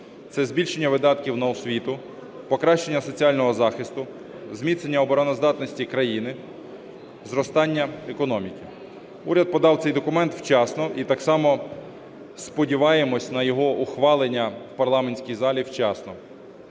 Це збільшення видатків на освіту. Покращення соціального захисту, зміцнення обороноздатності країни, зростання економіки. Уряд подав цей документ вчасно, і так само сподіваємось на його ухвалення в парламентській залі вчасно.